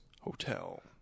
Hotel